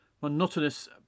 monotonous